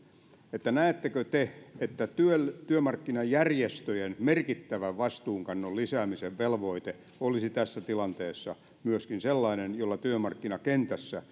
että näettekö te että työmarkkinajärjestöjen merkittävä vastuunkannon lisäämisen velvoite olisi tässä tilanteessa myöskin sellainen jolla työmarkkinakentässä